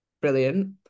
brilliant